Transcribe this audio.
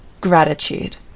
Gratitude